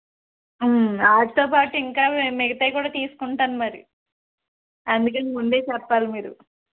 వాటితో పాటు ఇంకా మిగతావి కూడా తీసుకుంటాను మరి అందుకని ముందే చెప్పాలి మీరు